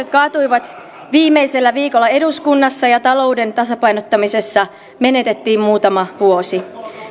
viikolla eduskunnassa ja talouden tasapainottamisessa menetettiin muutama vuosi